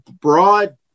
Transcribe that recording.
broad